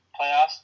Playoffs